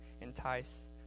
entice